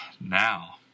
now